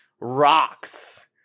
rocks